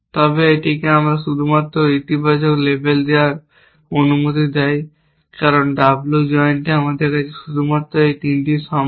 তবে এটি এখানে শুধুমাত্র একটি ইতিবাচক লেবেল দেওয়ার অনুমতি দেয় কারণ W জয়েন্টে আমাদের কাছে শুধুমাত্র এই তিনটি সম্ভব